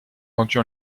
vendus